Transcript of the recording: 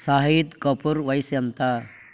షాహిద్కపూర్ వయసు ఎంత